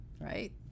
Right